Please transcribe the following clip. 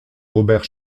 robert